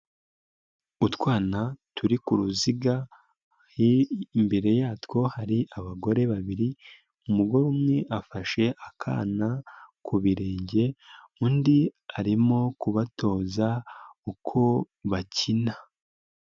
Utwana turi ku ruziga imbere yatwo hari abagore babiri, umugore umwe afashe akana ku birenge, undi arimo kubatoza uko bakina.